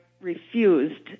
refused